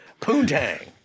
poontang